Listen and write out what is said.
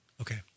Okay